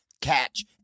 Catch